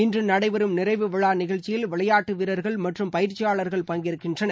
இன்று நடைபெறும் நிறைவு விழா நிகழ்ச்சியில் விளையாட்டுவீரர்கள் மற்றும் பயிற்சியாளர்கள் பங்கேற்கின்றனர்